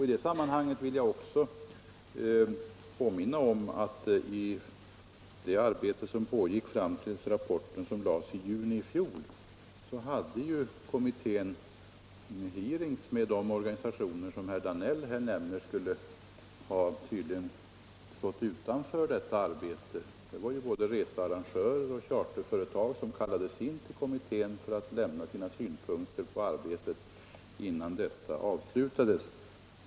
I det sammanhanget vill jag påminna om att kommittén vid det arbete som pågick fram till dess att rapporten framlades i juni i fjol hade hearings med de personer som herr Danell här nämner och som enligt honom tydligen skulle ha stått utanför detta arbete. Det var emellertid både researrangörer och charterföretag som kallades in till kommittén för att lämna sina synpunkter på arbetet innan detta avslutades.